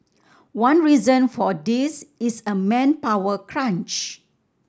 one reason for this is a manpower crunch